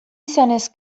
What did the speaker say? izanez